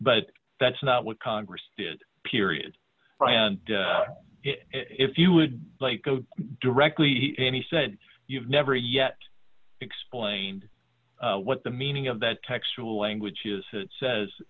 but that's not what congress did period if you would like directly and he said you've never yet explained what the meaning of that textual language is it says